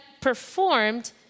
performed